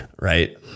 Right